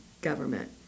government